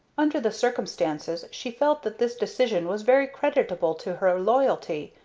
under the circumstances she felt that this decision was very creditable to her loyalty,